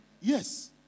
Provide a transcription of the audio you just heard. yes